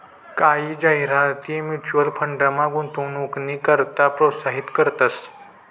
कायी जाहिराती म्युच्युअल फंडमा गुंतवणूकनी करता प्रोत्साहित करतंस